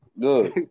Good